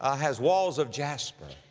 ah has walls of jasper.